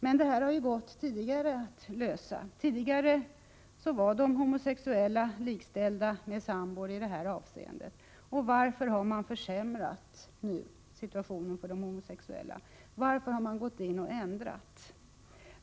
Men detta har ju gått att lösa tidigare. Tidigare var de homosexuella likställda med sambor i detta avseende. Varför har man nu försämrat situationen för de homosexuella? Varför har man gått in och ändrat?